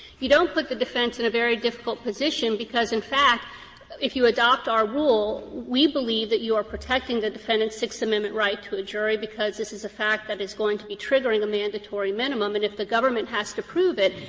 you don't put the defense in a very difficult position, because in fact if you adopt our rule we believe that you are protecting the defendant's sixth amendment right to a jury because this is a fact that is going to be triggering a mandatory minimum. and if the government has to prove it,